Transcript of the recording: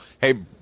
Hey